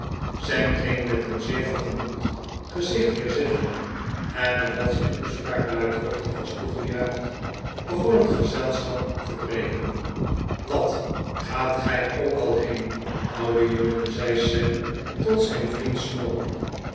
sam ging met een zeer vergenoegd gezicht weer zitten en nadat zijn toespraak luidruchtig was toegejuicht begon het ge zelschap op te breken wat gaat gij ook al heen oude jongen zei sam tot zijn vriend smauker